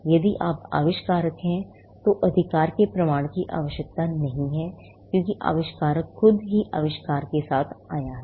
यदि आप आविष्कारक हैं तो अधिकार के प्रमाण की आवश्यकता नहीं है क्योंकि आविष्कारक खुद ही आविष्कार के साथ आया था